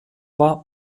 war